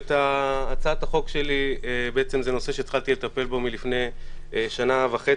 הצעת החוק שלי בעצם זה נושא שהתחלתי לטפל בו מלפני שנה וחצי,